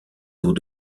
eaux